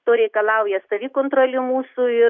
to reikalauja savikontrolė mūsų ir